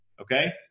Okay